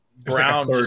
Brown